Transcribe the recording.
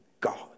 God